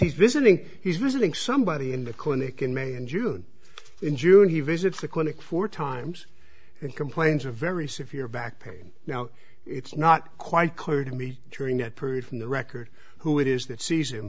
he's visiting he's visiting somebody in the clinic in may and june in june he visits the clinic four times and he complains a very severe back pain now it's not quite clear to me during that period from the record who it is that se